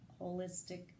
holistic